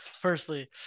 firstly